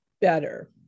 better